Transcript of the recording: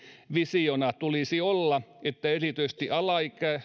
visiona tulisi olla että erityisesti